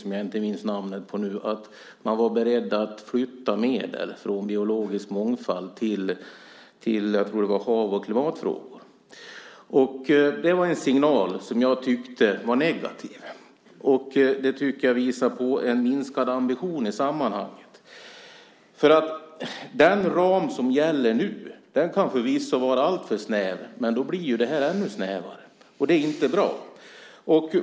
Man sade att man var beredd att flytta medel från biologisk mångfald till havs och klimatfrågor. Det var en signal som jag tycker är negativ. Det visar på en minskad ambition i sammanhanget. Den ram som gäller nu kan förvisso vara snäv, men det här blir ju ändå snävare. Det är inte bra.